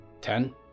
Ten